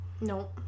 No